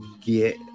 get